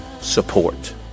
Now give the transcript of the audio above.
support